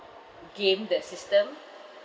game the system